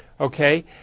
Okay